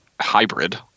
hybrid